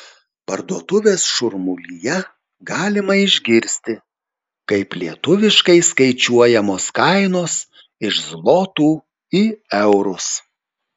parduotuvės šurmulyje galima išgirsti kaip lietuviškai skaičiuojamos kainos iš zlotų į eurus